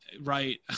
right